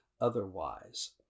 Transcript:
otherwise